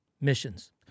missions